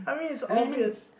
I mean I mean